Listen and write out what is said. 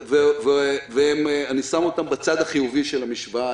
אני שם אותם בצד החיובי של המשוואה.